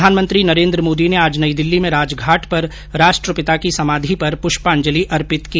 प्रधानमंत्री नरेंद्र मोदी ने आज नई दिल्ली में राजघाट पर राष्ट्रपिता की समाधि पर पुष्पांजलि अर्पित की